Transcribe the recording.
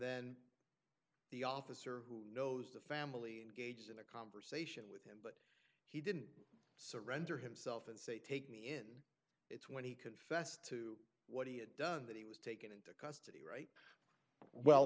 then the officer who knows the family and gauged in a conversation with him he didn't surrender himself and say take me in it's when he confessed to what he had done that he was taken into custody right well